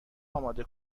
اماده